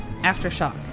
Aftershock